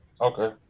okay